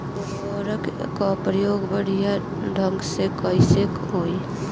उर्वरक क प्रयोग बढ़िया ढंग से कईसे होई?